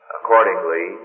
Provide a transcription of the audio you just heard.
Accordingly